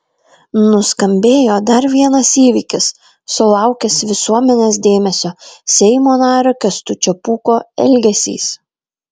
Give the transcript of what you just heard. nuskambėjo dar vienas įvykis sulaukęs visuomenės dėmesio seimo nario kęstučio pūko elgesys